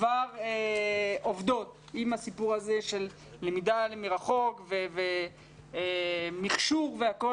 כבר עובדות עם הסיפור הזה של למידה מרחוק ומכשור והכול.